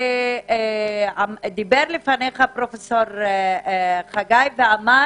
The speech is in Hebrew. דיבר לפניך פרופסור חגי ואמר